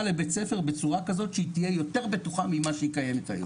לבית הספר בצורה כזאת שתהיה יותר בטוחה ממה שהיא קיימת היום.